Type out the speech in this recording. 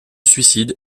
suicide